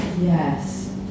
yes